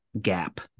gap